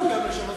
ניסיתם לשנות